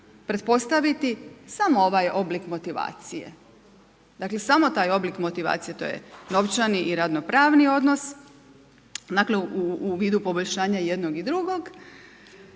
pretpostaviti samo ovaj oblik motivacije. Dakle, samo taj oblik motivacije to je novčani i radnopravni odnos u vidu poboljšanja jednog i drugog